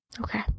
Okay